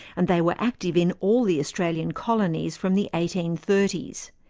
and they were active in all the australian colonies from the eighteen thirty s.